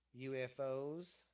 UFOs